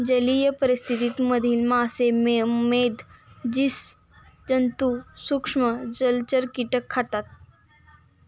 जलीय परिस्थिति मधील मासे, मेध, स्सि जन्तु, सूक्ष्म जलचर, कीटक खातात